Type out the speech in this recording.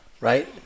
right